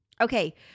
okay